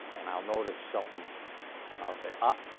and i'll notice somethin' and i'll say, ah,